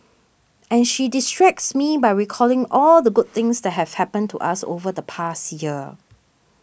and she distracts me by recalling all the good things that have happened to us over the past year